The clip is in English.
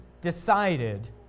decided